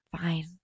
fine